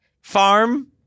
Farm